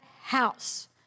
house